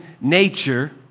nature